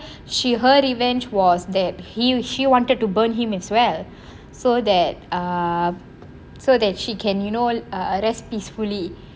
she her revenge was that she wanted to burn him as well so that uh so that she can you know uh rest peacefully